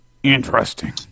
Interesting